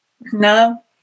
No